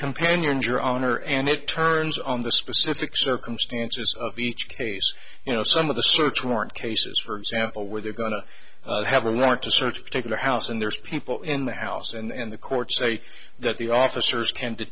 companioned your honor and it turns on the specific circumstances of each case you know some of the search warrant cases for example where they're going to have a warrant to search particular house and there's people in the house and the courts say that the officers